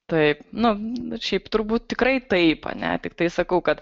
taip na nu ir šiaip turbūt tikrai taip a ne tiktai sakau kad